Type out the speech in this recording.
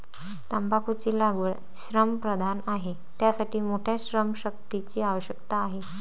तंबाखूची लागवड श्रमप्रधान आहे, त्यासाठी मोठ्या श्रमशक्तीची आवश्यकता आहे